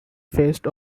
faced